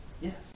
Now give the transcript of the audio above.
Yes